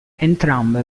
entrambe